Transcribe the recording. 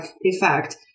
effect